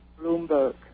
bloomberg